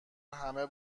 همه